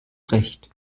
recht